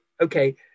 okay